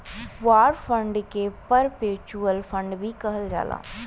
war bond के perpetual bond भी कहल जाला